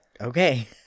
Okay